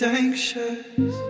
anxious